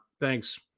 thanks